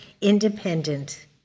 Independent